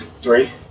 Three